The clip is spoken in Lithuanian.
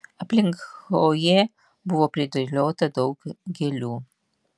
aplink chloję buvo pridėliota daug gėlių